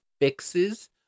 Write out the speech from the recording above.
fixes